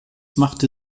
machte